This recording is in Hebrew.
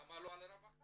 למה לא אמרו על רווחה,